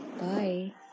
Bye